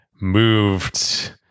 moved